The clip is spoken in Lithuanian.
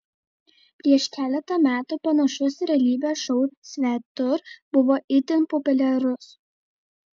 prieš keletą metų panašus realybės šou svetur buvo itin populiarus